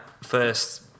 first